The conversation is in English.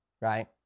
Right